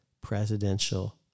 presidential